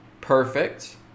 perfect